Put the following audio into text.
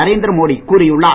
நரேந்திரமோடி கூறியுள்ளார்